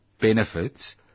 benefits